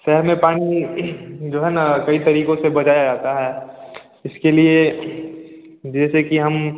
शहर में पानी जो है ना कई तरीक़ों से बचाया जाता है इसके लिए जैसे कि हम